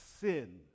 sin